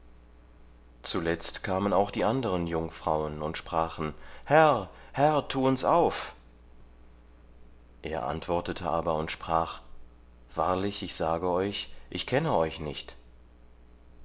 zuletzt kamen auch die anderen jungfrauen und sprachen herr herr tu uns auf er antwortete aber und sprach wahrlich ich sage euch ich kenne euch nicht